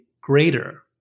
greater